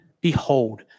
behold